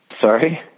Sorry